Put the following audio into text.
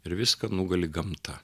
ir viską nugali gamta